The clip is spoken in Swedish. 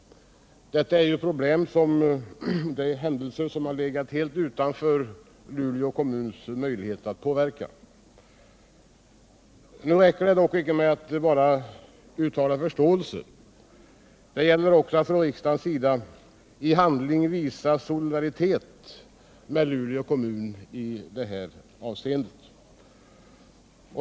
Detta är ju händelser som helt legat utanför Luleå kommuns möjligheter att påverka. Det räcker dock inte med att uttala förståelse; det gäller också för riksdagen att i handling visa solidaritet med Luleå kommun i detta läge.